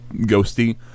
ghosty